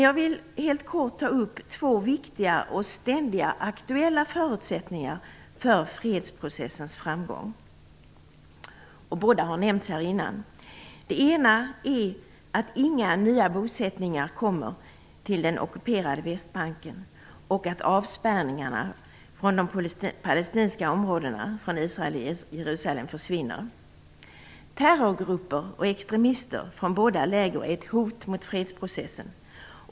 Jag vill bara helt kort ta upp två viktiga och ständigt aktuella förutsättningar för fredsprocessens framgång. Båda har nämnts här tidigare. De är att inga nya bosättningar kommer till stånd på den ockuperade Västbanken och att avspärrningarna av de palestinska områdena från Israel och Jerusalem försvinner. Terrorgrupper och extremister från båda lägren är ett hot mot fredsprocessen.